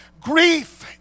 grief